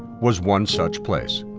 was one such place.